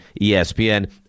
espn